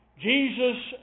Jesus